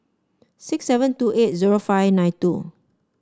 six seven two eight zero five nine two